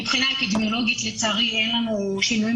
מבחינה אפידמיולוגית לצערי אין לנו שינויים